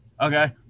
Okay